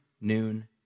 noon